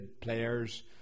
players